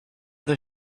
the